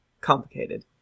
complicated